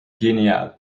genial